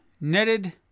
netted